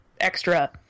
extra